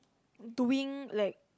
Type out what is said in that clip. doing like